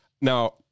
Now